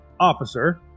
Officer